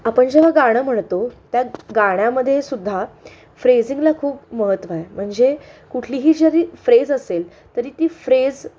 आपण जेव्हा गाणं म्हणतो त्या गाण्यामध्ये सुद्धा फ्रेझिंगला खूप महत्त्व आहे म्हणजे कुठलीही जरी फ्रेज असेल तरी ती फ्रेज